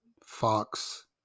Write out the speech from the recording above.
Fox